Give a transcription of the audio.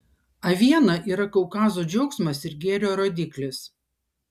aviena yra kaukazo džiaugsmas ir gėrio rodiklis